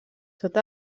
tot